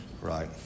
Right